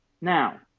now